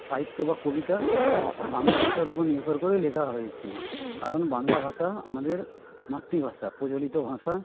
সাহিত্য বা কবিতা বাংলা ভাষার ওপর নির্ভর করেই লেখা হয়েছে কারণ বাংলা ভাষা আমাদের মাতৃভাষা প্রচলিত ভাষা